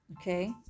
Okay